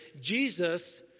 Jesus